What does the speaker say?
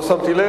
לא שמתי לב.